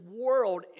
world